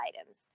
items